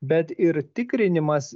bet ir tikrinimas